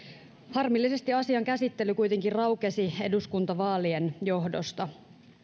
harmillisesti asian käsittely kuitenkin raukesi eduskuntavaalien johdosta